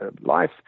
life